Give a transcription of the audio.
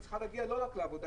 שהיא צריכה להגיע לא רק לעבודה,